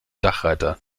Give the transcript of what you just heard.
dachreiter